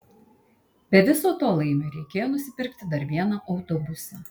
be viso to laimiui reikėjo nusipirkit dar vieną autobusą